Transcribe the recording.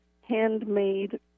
handmade